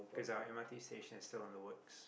cause our m_r_t station is still under works